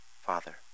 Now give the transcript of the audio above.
father